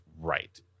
right